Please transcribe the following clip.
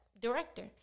director